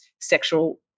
sexual